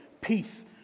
peace